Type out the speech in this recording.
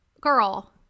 Girl